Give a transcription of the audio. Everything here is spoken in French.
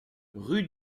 rue